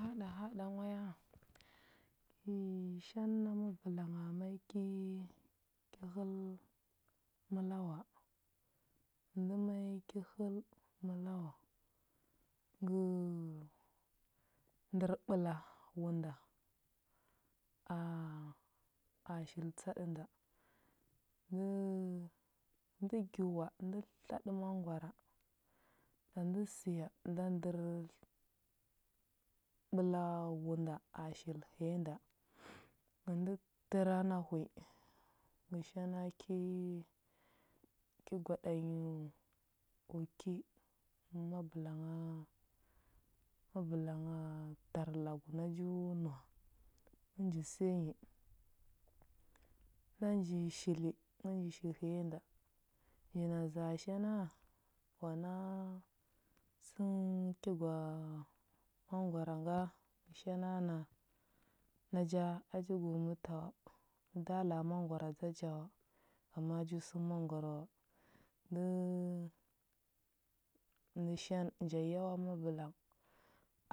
Haɗa haɗa nghwa ya, kə i shan na mabəlang o ma i ki həl məla wua, ndə ma i ki həl məla wua. Ngə ndər ɓəla wu nda aa a shili tsaɗə nda. Ngə ndə gyo wua ndə tlaɗə mangwara, nda ndə səya nda ndər ɓəla wu nda a shil həya nda. Ngə ndə təra na hwi, ngə shana ki ki gwaɗa nyo o ki, ngə mabəlangha a mabəlangha a tar lagu nda nju nəuwa, ngə nji səya nyi. Nda nji shili nda nji shi həya nda. Nji na zaa shana, sə nghə təga mangwara nga? Ngə shana na naja a ji go mbəta wa, ndə da la a mangwara dza ja wa, ngama a ju səm mangwara wa. Ndə shan nja yawa mabəlang,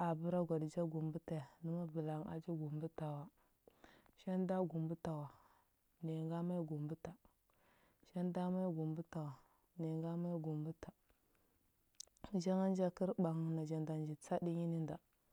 abəra gwaɗə ja gu mbəta ya? Ndə mabəlang a ji gu mbəta wa. Shan da gu mbəta wa. Naya nga ma i gu mbəta. Ja ngan ja kər ɓang naja nda nji tsaɗə nyi nə nda